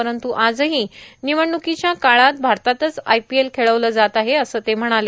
परंतु आजहो निवडणुकोच्या काळात भारतातच आयपीएल खेळवलं जात आहे असं ते म्हणाले